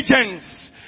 agents